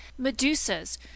medusas